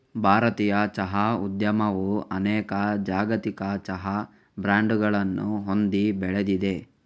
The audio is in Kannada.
ಭಾರತೀಯ ಚಹಾ ಉದ್ಯಮವು ಅನೇಕ ಜಾಗತಿಕ ಚಹಾ ಬ್ರಾಂಡುಗಳನ್ನು ಹೊಂದಿ ಬೆಳೆದಿದೆ